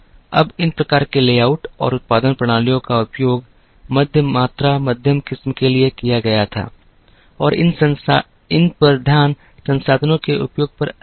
अब इन प्रकार के लेआउट और उत्पादन प्रणालियों का उपयोग मध्य मात्रा मध्यम किस्म के लिए किया गया था और इन पर ध्यान संसाधनों के उपयोग पर अधिक था